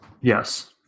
Yes